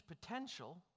potential